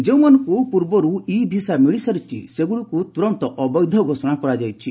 ଯେଉଁମାନଙ୍କୁ ପୂର୍ବରୁ e visa ମିଳିସାରିଛି ସେଗୁଡିକୁ ତୁରନ୍ତ ଅବୈଧ ଘୋଷଣା କରାଯାଇଛି